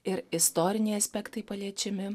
ir istoriniai aspektai paliečiami